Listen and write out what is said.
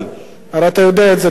הרי אתה יודע את זה טוב מאוד,